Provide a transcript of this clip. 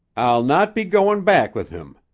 i'll not be goin' back with him,